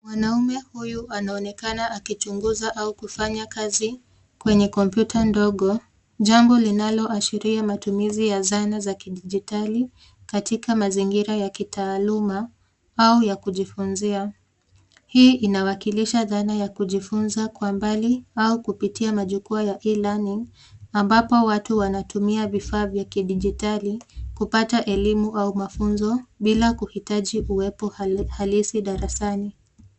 Mwanaume huyu anaonekana akichunguza au akifanya kazi kwenye kompyuta ndogo jambo linaloashiria matumizi ya zana za kidijitali katika mazingira ya kitaaluma au ya kujifunzia. Hii inawakilisha dhana ya kujifunza kwa mbali au kupitia majukwa ya e-learning ambapo watu wanatumia vifaa vya kidijitali kupata elimu au mafunzo bila kuhitaji uwepo hali- halisi darasani.